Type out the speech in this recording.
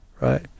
right